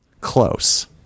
Close